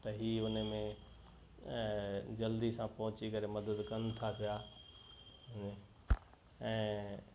त ही उन में ऐं जल्दी सां पहुची करे मदद कनि था पिया ऐं